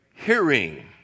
Hearing